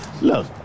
Look